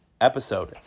episode